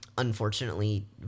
unfortunately